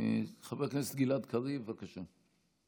חבר הכנסת גלעד קריב, בבקשה.